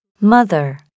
Mother